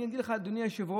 אני אגיד לך, אדוני היושב-ראש,